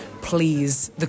please